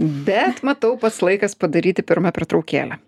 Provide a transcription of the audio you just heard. bet matau pats laikas padaryti pirma pertraukėlę